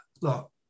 Look